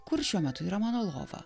kur šiuo metu yra mano lova